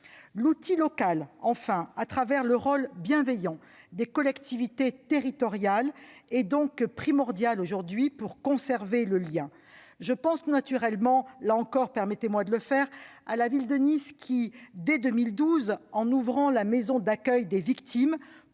l'outil local, à travers le rôle bienveillant des collectivités territoriales, est primordial aujourd'hui pour conserver le lien. Je pense naturellement, là encore, à la ville de Nice, qui, dès 2012, en ouvrant la Maison pour l'accueil des victimes,